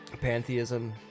pantheism